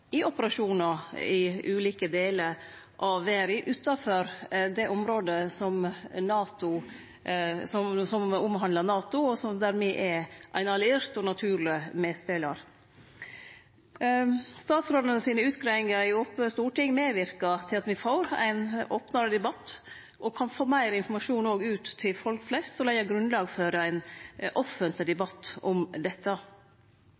i operasjonar i ulike delar av verda utanfor det området som omhandlar NATO, og der me er ein alliert og naturleg medspelar. Utgreiingane frå statsrådane i ope storting medverkar til at me får ein opnare debatt og òg kan få meir informasjon ut til folk flest – noko som legg grunnlag for ein offentleg debatt om dette.